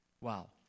Wow